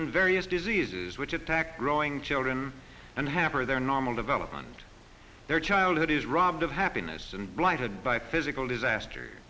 some various diseases which attack growing children and hamper their normal development their childhood is robbed of happiness and blighted by physical disaster